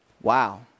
Wow